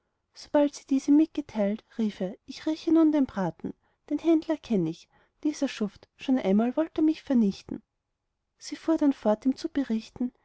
sobald sie dies ihm mitgeteilt rief er ich rieche nun den braten den händler kenn ich dieser schuft schon einmal wollt er mich vernichten sie fuhr dann fort ihm zu berichten